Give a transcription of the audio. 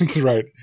Right